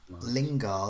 Lingard